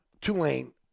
Tulane